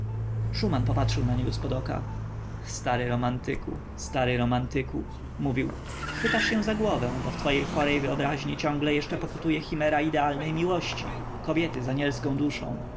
szuman patrzył na niego zpod oka stary romantyku stary romantyku mówił chwytasz się za głowę bo w twojej chorej wyobraźni ciągle jeszcze pokutuje chimera idealnej miłości kobiety z anielską duszą